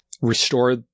restore